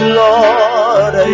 lord